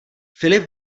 filip